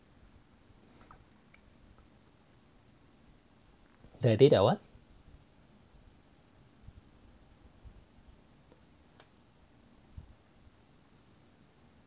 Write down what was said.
the day that [one]